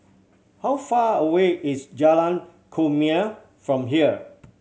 how far away is Jalan Kumia from here